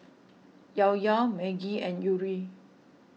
Llao Llao Maggi and Yuri